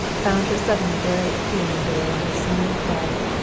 found her suddenly very appealing there in her smooth bed,